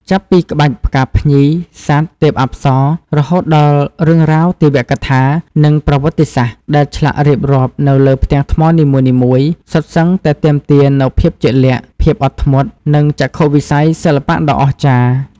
ចាប់ពីក្បាច់ផ្កាភ្ញី សត្វ ទេពអប្សរ រហូតដល់រឿងរ៉ាវទេវកថា និងប្រវត្តិសាស្ត្រ ដែលឆ្លាក់រៀបរាប់នៅលើផ្ទាំងថ្មនីមួយៗ សុទ្ធសឹងតែទាមទារនូវភាពជាក់លាក់ ភាពអត់ធ្មត់ និងចក្ខុវិស័យសិល្បៈដ៏អស្ចារ្យ។